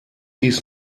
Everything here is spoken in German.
dies